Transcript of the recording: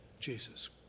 Jesus